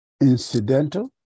incidental